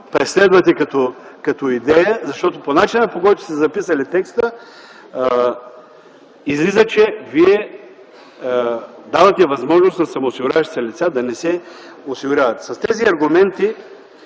преследвате като идея. Защото от начина, по който сте записали текста, излиза, че Вие давате възможност на самоосигуряващите се лица да не се осигуряват. С тези аргументи